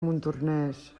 montornès